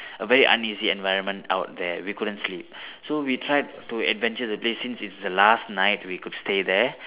a very uneasy environment out there we couldn't sleep so we tried to adventure the place since it's the last night we could stay there